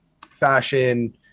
fashion